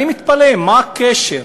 אני מתפלא, מה הקשר